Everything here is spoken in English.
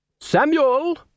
Samuel